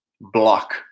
block